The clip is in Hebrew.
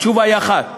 התשובה היא: אחת.